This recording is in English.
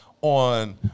on